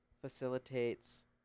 facilitates